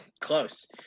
Close